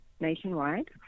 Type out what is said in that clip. nationwide